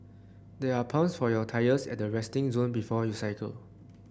there are pumps for your tyres at the resting zone before you cycle